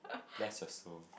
bless your soul